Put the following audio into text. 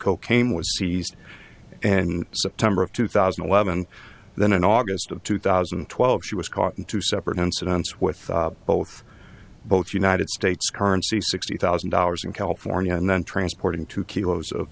cocaine was seized and in september of two thousand and eleven then in august of two thousand and twelve she was caught in two separate incidents with both both united states currency sixty thousand dollars in california and then transporting two kilos of